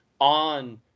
on